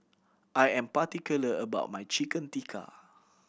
I am particular about my Chicken Tikka